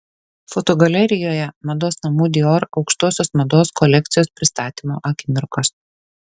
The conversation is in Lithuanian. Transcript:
fotogalerijoje mados namų dior aukštosios mados kolekcijos pristatymo akimirkos